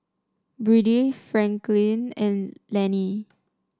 Byrdie Franklyn and Lani